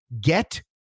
get